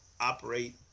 operate